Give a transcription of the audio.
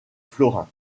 florins